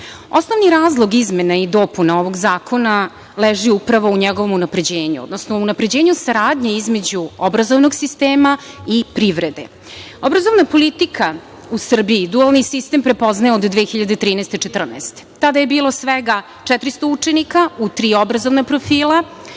razlog izmena i dopuna ovog zakona leži upravo u njegovom unapređenju, odnosno unapređenju saradnje između obrazovnog sistema i privrede. Obrazovna politika u Srbiji dualni sistem prepoznaje od 2013, 2014. godine. Tada je bilo svega 400 učenika u tri obrazovna profila